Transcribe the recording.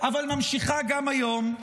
אבל ממשיכה גם היום,